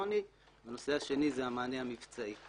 הטלפוני והנושא השני זה המענה המבצעי.